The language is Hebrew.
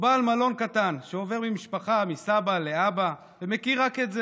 או בעל מלון קטן שעובר במשפחה מסבא לאבא ומכיר רק את זה.